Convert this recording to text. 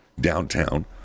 downtown